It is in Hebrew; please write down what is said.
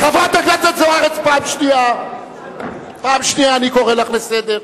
חברת הכנסת זוארץ, פעם שנייה אני קורא אותך לסדר.